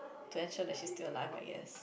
to ensure that she's still alive I guess